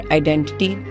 identity